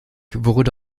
wurde